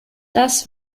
das